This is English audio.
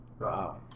Wow